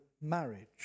marriage